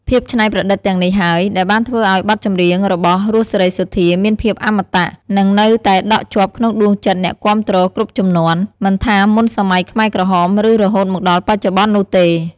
ភាពច្នៃប្រឌិតទាំងនេះហើយ ដែលបានធ្វើឲ្យបទចម្រៀងរបស់ រស់ សេរីសុទ្ធា មានភាព អមតៈ និងនៅតែដក់ជាប់ក្នុងដួងចិត្តអ្នកគាំទ្រគ្រប់ជំនាន់ មិនថាមុនសម័យខ្មែរក្រហម ឬរហូតមកដល់បច្ចុប្បន្ននោះទេ។